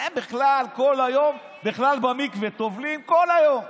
אתם בכלל כל היום במקווה, טובלים כל היום,